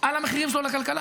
על המחירים שלו לכלכלה.